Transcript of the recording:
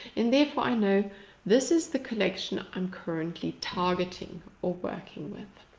and therefore i know this is the collection i am currently targeting, or working with.